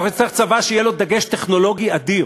אנחנו נצטרך צבא שיהיה לו דגש טכנולוגי אדיר,